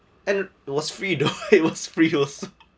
and it was free though it was free was